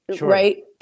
right